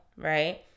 right